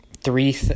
three